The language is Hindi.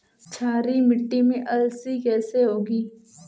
क्षारीय मिट्टी में अलसी कैसे होगी?